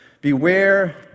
Beware